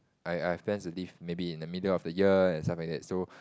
I I've plans to leave maybe in the middle of the year and stuff like that so